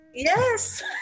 Yes